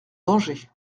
danger